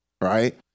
right